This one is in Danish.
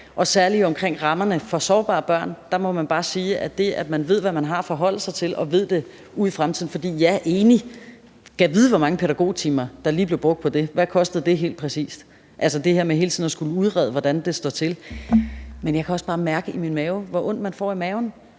Og særlig omkring rammerne for sårbare børn må man bare sige, at det, at man ved, hvad man har at forholde sig til, og ved det ud i fremtiden, er vigtigt. For ja, jeg er enig: Gad vide, hvor mange pædagogtimer der lige bliver brugt på det, og hvad det helt præcis koster, altså det her med hele tiden at skulle udrede, hvordan det står til? Men jeg kan også bare mærke i min mave, hvor ondt man får i maven,